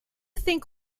think